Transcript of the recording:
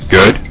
Good